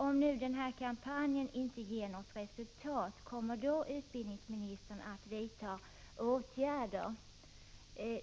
Om nu kampanjen inte ger något resultat, kommer då utbildningsministern att vidta åtgärder?